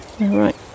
right